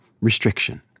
restriction